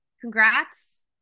congrats